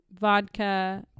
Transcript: vodka